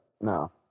no